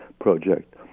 project